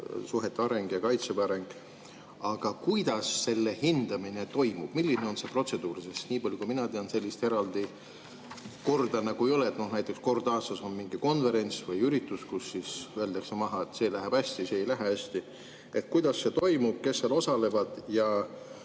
areng ja Kaitseväe areng. Aga kuidas selle hindamine toimub? Milline on see protseduur? Nii palju kui mina tean, sellist eraldi korda ei ole, et näiteks kord aastas on mingi konverents või üritus, kus öeldakse maha, et see läheb hästi, see ei lähe hästi. Kuidas see toimub? Kes seal osalevad ja